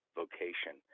vocation